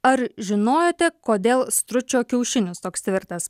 ar žinojote kodėl stručio kiaušinis toks tvirtas